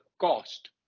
cost